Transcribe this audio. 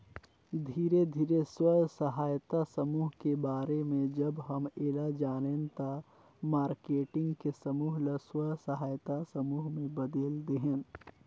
धीरे धीरे स्व सहायता समुह के बारे में जब हम ऐला जानेन त मारकेटिंग के समूह ल स्व सहायता समूह में बदेल देहेन